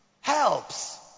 helps